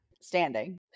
standing